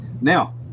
Now